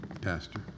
Pastor